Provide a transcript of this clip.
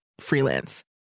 freelance